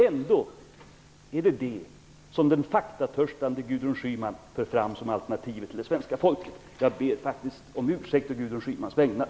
Ändå är det detta som den faktatörstande Gudrun Schyman för fram som alternativet till det svenska folket. Jag ber faktiskt om ursäkt å Gudrun Schymans vägnar.